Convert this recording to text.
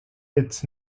its